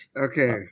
Okay